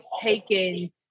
taken